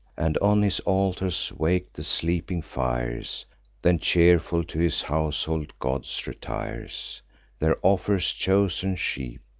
and on his altars wak'd the sleeping fires then cheerful to his household gods retires there offers chosen sheep.